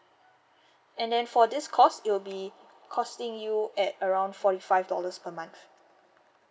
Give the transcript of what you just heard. and then for this cost it'll be costing you at around forty five dollars per month